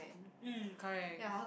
mm correct